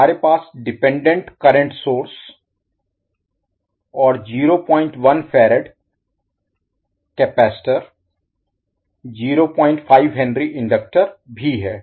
हमारे पास dependent current source और 01F कपैसिटर 05H इंडक्टर भी है